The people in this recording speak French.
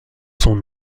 son